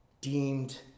deemed